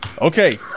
okay